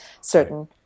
certain